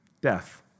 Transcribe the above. Death